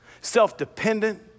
self-dependent